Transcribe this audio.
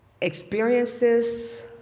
experiences